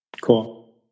Cool